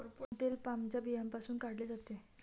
palm तेल पामच्या बियांपासून काढले जाते